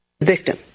Victim